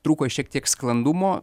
trūko šiek tiek sklandumo